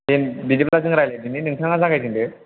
दे बिदिबा जोङो रायज्लायदिनि नोंथाङा जागायजेनदो